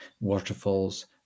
Waterfalls